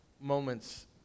moments